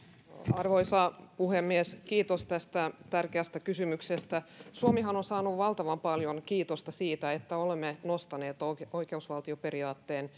arvoisa puhemies kiitos tästä tärkeästä kysymyksestä suomihan on saanut valtavan paljon kiitosta siitä että olemme nostaneet oikeusvaltioperiaatteen